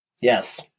Yes